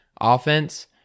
Offense